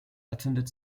attended